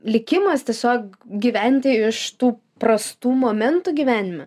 likimas tiesiog gyventi iš tų prastų momentų gyvenime